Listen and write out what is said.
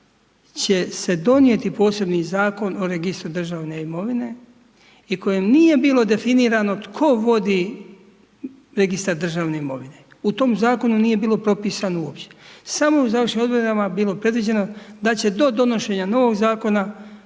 će se donijeti posebni Zakon o registru državne imovine i kojem nije bilo definirano tko vodi registar državne imovine. U tom Zakonu nije bilo propisano uopće. Samo u završnim odredba je bilo predviđeno da će do donošenja novog Zakona